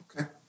Okay